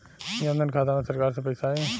जनधन खाता मे सरकार से पैसा आई?